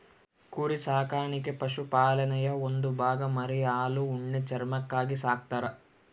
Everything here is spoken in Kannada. ಕುರಿ ಸಾಕಾಣಿಕೆ ಪಶುಪಾಲನೆಯ ಒಂದು ಭಾಗ ಮರಿ ಹಾಲು ಉಣ್ಣೆ ಚರ್ಮಕ್ಕಾಗಿ ಸಾಕ್ತರ